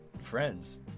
friends